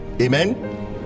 Amen